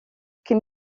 cyn